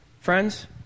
Friends